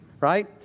right